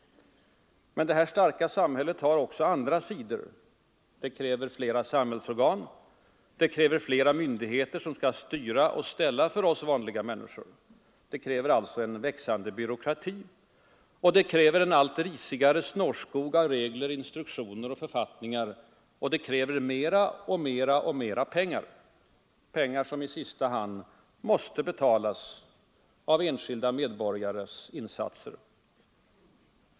Men det här starka samhället har också andra sidor. Det kräver fler samhällsorgan. Det kräver fler myndigheter som skall styra och ställa för oss vanliga människor. Det kräver alltså en växande byråkrati. Det kräver en allt risigare snårskog av regler, instruktioner och författningar. Och det kräver mer och mer pengar, pengar som i sista hand måste betalas av enskilda medborgares insatser.